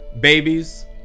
babies